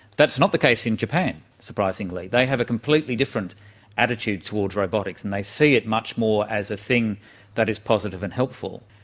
that's not the case in japan, surprisingly, they have a completely different attitude toward robotics and they see it much more as a thing that is positive and helpful.